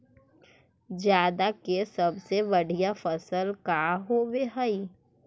जादा के सबसे बढ़िया फसल का होवे हई?